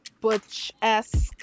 butch-esque